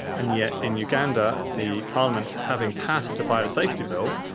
and yet in uganda, the parliament having passed a biosafety bill,